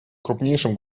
крупнейшим